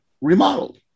remodeled